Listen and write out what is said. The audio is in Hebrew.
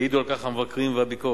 יעידו על כך המבקרים והביקורת.